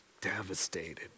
devastated